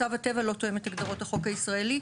מצב הטבע לא תואם את הגדרות החוק הישראלי.